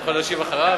יכול להשיב אחריו?